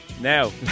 Now